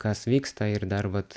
kas vyksta ir dar vat